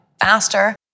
faster